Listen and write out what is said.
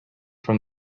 from